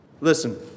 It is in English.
listen